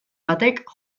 batek